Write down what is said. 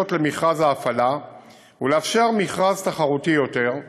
למכרז ההפעלה ולאפשר מכרז תחרותי יותר,